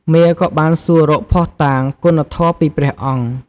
មារក៏បានសួររកភស្តុតាងគុណធម៌ពីព្រះអង្គ។